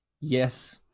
yes